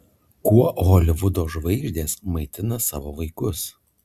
kuo holivudo žvaigždės maitina savo vaikus